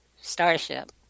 starship